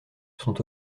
sont